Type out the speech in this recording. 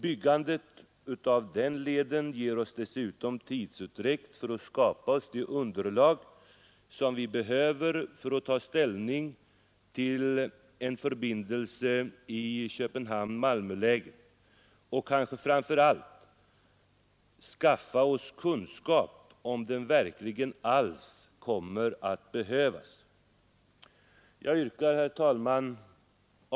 Byggandet av den leden ger oss dessutom tidsutdräkt för att skapa oss underlag som vi behöver för att ta ställning till en förbindelse i Köpenhamn— Malmör-läget och kanske fram för allt skaffa oss kunskap om huruvida den verkligen alls kommer att behövas. Jag yrkar, herr talman.